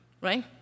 right